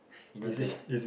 you know to